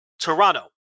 Toronto